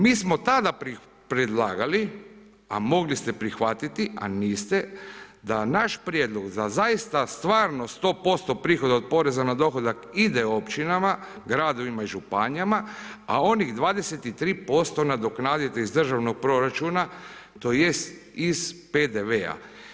Mi smo tada predlagali, a mogli ste prihvatiti, a niste, da naš prijedlog za zaista stvarno 100% prihod od poreza na dohodak ide općinama, gradovima i županijama a onih 23% nadoknaditi iz državnog proračuna tj. iz PDV-a.